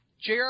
Jr